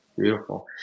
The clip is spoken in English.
Beautiful